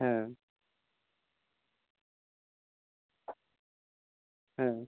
হ্যাঁ হ্যাঁ